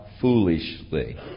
foolishly